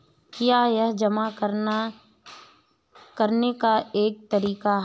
क्या यह जमा करने का एक तरीका है?